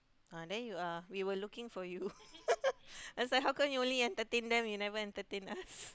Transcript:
ah there you are we were looking for you I was like how come you only entertain them you never entertain us